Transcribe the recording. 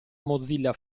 mozilla